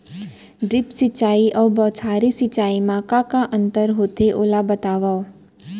Drip सिंचाई अऊ बौछारी सिंचाई मा का अंतर होथे, ओला बतावव?